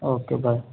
okay bye